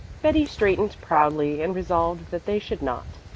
betty straightened proudly and resolved that they should not.